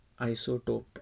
Isotope